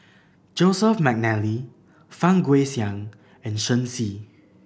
Joseph McNally Fang Guixiang and Shen Xi